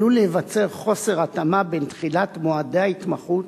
עלול להיווצר חוסר התאמה בין תחילת מועדי ההתמחות